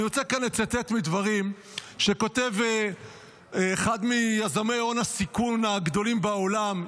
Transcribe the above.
אני רוצה כאן לצטט מדברים שכותב אחד מיזמי הון הסיכון הגדולים בעולם,